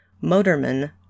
motorman